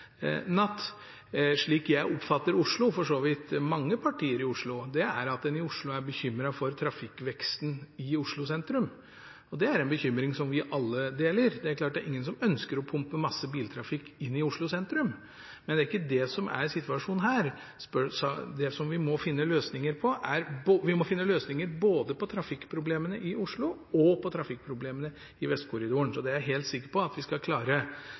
natt. Slik jeg oppfatter Oslo, og for så vidt mange partier i Oslo, er at en er bekymret for trafikkveksten i Oslo sentrum. Det er en bekymring vi alle deler. Det er klart at det er ingen som ønsker å pumpe masse biltrafikk inn i Oslo sentrum. Men det er ikke det som er situasjonen her. Vi må finne løsninger både på trafikkproblemene i Oslo og på trafikkproblemene i Vestkorridoren. Det er jeg helt sikker på at de skal klare,